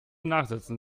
nachsitzen